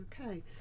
Okay